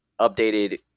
updated